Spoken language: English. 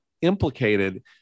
implicated